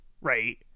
right